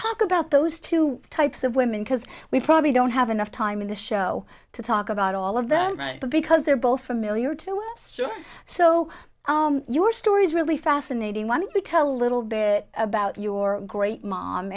talk about those two types of women because we probably don't have enough time in the show to talk about all of them because they're both familiar to us sure so your stories really fascinating one to tell a little bit about your great mom